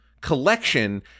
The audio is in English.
collection